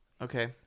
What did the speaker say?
Okay